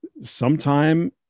sometime